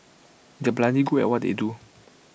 they are bloody good at what they do